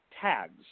tags